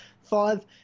five